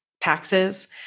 taxes